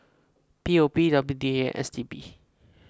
P O P W D A S T B